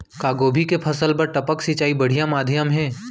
का गोभी के फसल बर टपक सिंचाई बढ़िया माधयम हे?